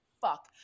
fuck